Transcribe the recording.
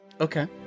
Okay